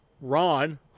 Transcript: Ron